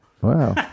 Wow